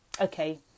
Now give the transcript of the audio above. Okay